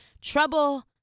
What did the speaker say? Trouble